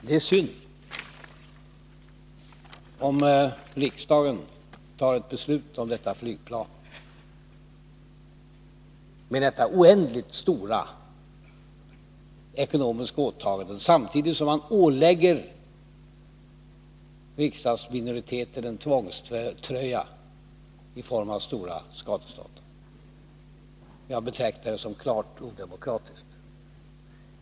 Det är synd om riksdagen tar ett beslut om detta flygplan med dessa oändligt stora ekonomiska åtaganden, samtidigt som man ålägger riksdagsminoriteten en tvångströja i form av stora skadestånd. Jag betraktar det som klart odemokratiskt.